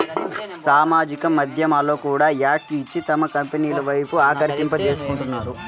సామాజిక మాధ్యమాల్లో కూడా యాడ్స్ ఇచ్చి తమ కంపెనీల వైపు ఆకర్షింపజేసుకుంటున్నారు